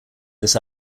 this